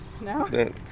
No